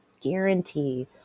guarantee